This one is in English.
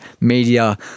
media